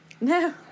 no